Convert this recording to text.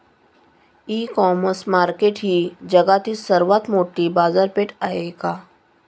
इ commerce market ही जगातील सर्वात मोठी बाजारपेठ आहे का?